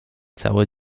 cały